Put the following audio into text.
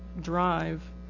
Drive